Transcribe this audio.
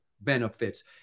benefits